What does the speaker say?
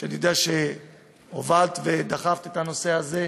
אני יודע שהובלת ודחפת את הנושא הזה,